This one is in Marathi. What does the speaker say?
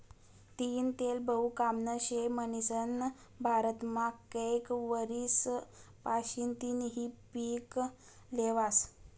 तीयीनं तेल बहु कामनं शे म्हनीसन भारतमा कैक वरीस पाशीन तियीनं पिक ल्हेवास